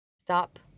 Stop